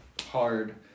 hard